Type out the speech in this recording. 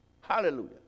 Hallelujah